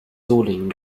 solingen